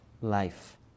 life